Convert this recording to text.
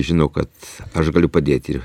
žino kad aš galiu padėti ir